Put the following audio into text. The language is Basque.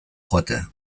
joatea